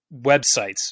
websites